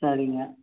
சரிங்க